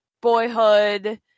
Boyhood